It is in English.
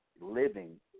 living